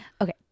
Okay